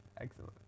excellent